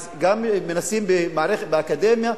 אז גם מנסים באקדמיה,